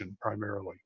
primarily